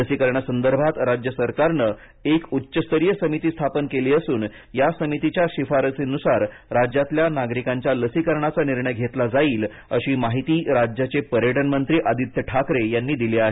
लसीकरणासंदर्भात राज्य सरकारनं एक उच्चस्तरीय समिती स्थापन केली असून या समितीच्या शिफारसींनुसार राज्यातल्या नागरिकांच्यालसीकरणाचा निर्णय घेतला जाईल अशी माहिती राज्याचे पर्यटन मंत्री आदित्य ठाकरे यांनी दिली आहे